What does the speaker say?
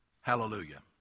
Hallelujah